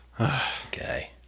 Okay